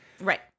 right